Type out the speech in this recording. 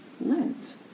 Lent